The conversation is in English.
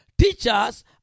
Teachers